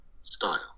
style